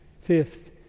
Fifth